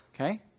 Okay